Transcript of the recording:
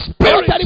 Spirit